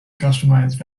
customized